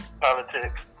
Politics